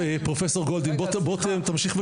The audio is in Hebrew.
אנחנו מכירים את הקושי של המורים לעבוד מדרך